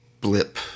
blip